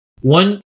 One